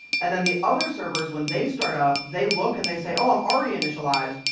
and then the other servers, when they start up, they look, and they say, oh, i'm already initialized.